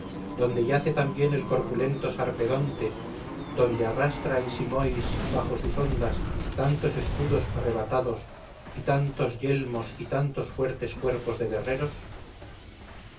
donde yace también el corpulento sarpedonte donde arrastra el simois bajo sus ondas tantos escudos arrebatados y tantos yelmos y tantos fuertes cuerpos de guerreros